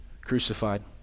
crucified